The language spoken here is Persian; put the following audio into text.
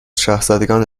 شاهزادگان